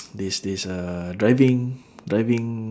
this this uh driving driving